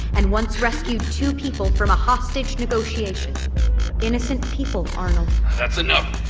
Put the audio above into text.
and once rescued two people from a hostage negotiation innocent people, arnold that's enough.